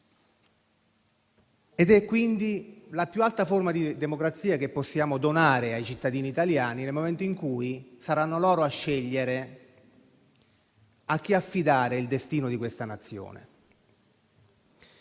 È quindi la più alta forma di democrazia che possiamo donare ai cittadini italiani nel momento in cui saranno loro a scegliere a chi affidare il destino di questa Nazione.